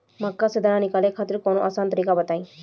मक्का से दाना निकाले खातिर कवनो आसान तकनीक बताईं?